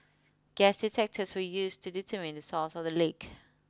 gas detectors were used to determine the source of the leak